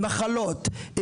מחלות,